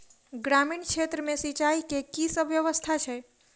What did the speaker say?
ग्रामीण क्षेत्र मे सिंचाई केँ की सब व्यवस्था छै?